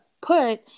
put